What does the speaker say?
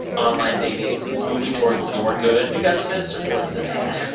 online dating moving towards the more good because of this or towards the bad?